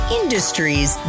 industries